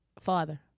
Father